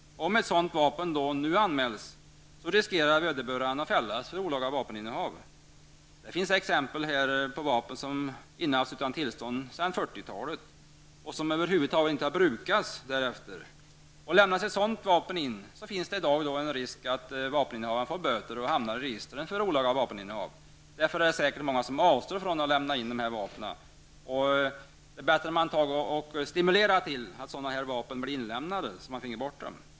Om ett sådant vapen anmäls riskerar vederbörande att fällas för olaga vapeninnehav. Det finns exempel på vapen som innehafts utan tillstånd sedan 40-talet och som över huvud taget inte har brukats därefter. Lämnas ett sådant vapen in i dag riskerar vederbörande att få böter och hamna i registret för olaga vapeninnehav. Därför är det säkert många som avstår från att lämna in vapen. Det vore väl bättre att stimulera till att sådana vapen lämnas in.